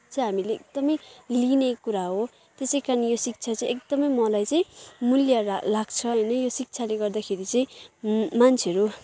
चाहिँ हामीले एकदमै लिने कुरा हो त्यसैकारण यो शिक्षा चाहिँ एकदमै मलाई चाहिँ मूल्य लाग्छ होइन यो शिक्षाले गर्दाखेरि चाहिँ मान्छेहरू